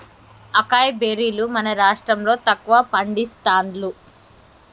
acai బెర్రీలు మన రాష్టం లో తక్కువ పండిస్తాండ్లు